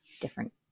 different